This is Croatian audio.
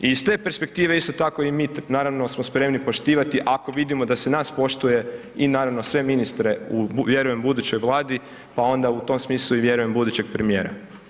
I iz te perspektive isto tako i mi naravno smo spremni poštivati ako vidimo da se naš poštuje i naravno sve ministra u vjerujem budućoj Vladi, pa onda u tom smislu i vjerujem budućeg premijera.